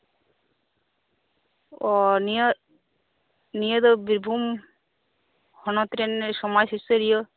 ᱚ ᱱᱤᱭᱟᱹ ᱫᱚ ᱵᱤᱨᱵᱷᱩᱢ ᱦᱚᱱᱚᱛ ᱨᱮᱱ ᱥᱚᱢᱟᱡ ᱥᱩᱥᱟᱹᱨᱤᱭᱟᱹ